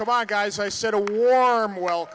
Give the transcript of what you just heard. come on guys i said a warm wel